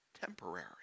temporary